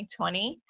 2020